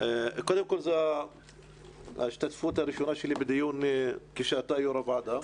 קודם כל זאת ההשתתפות הראשונה שלי בדיון כשאתה יושב ראש הוועדה,